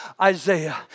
Isaiah